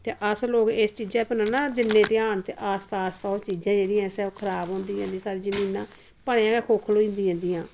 ते अस लोग इस चीजा पर नी ना दिन्ने ध्यान ते आस्ता आस्ता ओह् चीजां जेह्ड़ियां खराब होंदियां नै स्हाड़ी जमीनां भलेयां के खोखल होंदी जंदियां